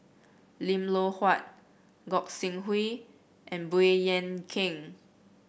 Lim Loh Huat Gog Sing Hooi and Baey Yam Keng